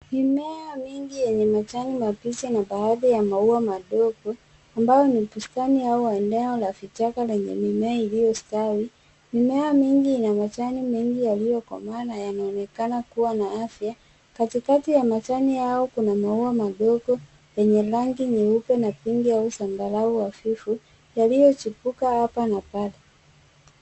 Kuna mimea mingi ya kijani iliyopangwa kwenye mabakuli na baadhi yake ikipambwa kwa maua madogo. Mbao zimewekwa kuzunguka eneo hili, zikifanya sehemu hiyo ionekane kama bustani ya kificho. Mimea hii yote ya kijani inaonekana kuwa na afya nzuri. Kati ya kijani kibichi hicho, yamechipua maua madogo yenye rangi nyeupe na wakati mwingine yakionekana na vivuli vya zambarau hafifu, yakitokeza hapa na pale kwa mwonekano wa kupendeza.